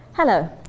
Hello